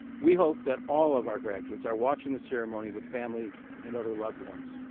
we hope that all of our graduates are watching the ceremony with family and other loved ones.